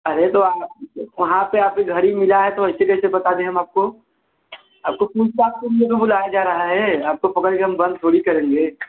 अरे तो आप वहाँ पर आपका घड़ी मिला है तो ऐसे कैसे बता दें हम आपको आपको पूछताछ के लिए तो बुलाया जा रहा है आपको पकड़ के हम बंद थोड़ी करेंगे